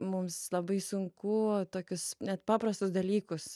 mums labai sunku tokius net paprastus dalykus